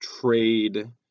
trade